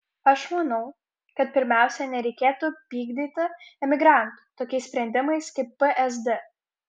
aš manau kad pirmiausia nereikėtų pykdyti emigrantų tokiais sprendimais kaip psd